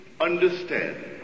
understand